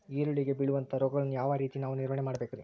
ಈರುಳ್ಳಿಗೆ ಬೇಳುವಂತಹ ರೋಗಗಳನ್ನು ಯಾವ ರೇತಿ ನಾವು ನಿವಾರಣೆ ಮಾಡಬೇಕ್ರಿ?